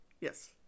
Yes